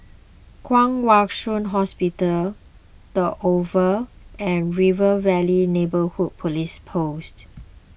Kwong Wai Shiu Hospital the Oval and River Valley Neighbourhood Police Post